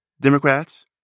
Democrats